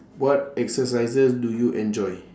what exercises do you enjoy